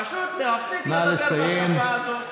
פשוט להפסיק לדבר בשפה הזו.